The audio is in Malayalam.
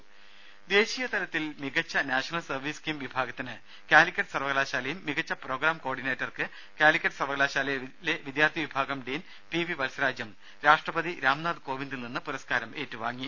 രാമ ദേശീയ തലത്തിൽ മികച്ച നാഷണൽ സർവീസ് സ്കീം വിഭാഗത്തിന് കലിക്കറ്റ് സർവകലാശാലയും മികച്ച പ്രോഗ്രാം കോ ഓർഡിനേറ്റർക്ക് കലിക്കറ്റ് സർവകലാശാലയിലെ വിദ്യാർത്ഥി വിഭാഗം ഡീൻ പി വി വത്സരാജും രാഷ്ട്രപതി രാംനാഥ് കോവിന്ദിൽ നിന്ന് പുരസ്കാരം ഏറ്റുവാങ്ങി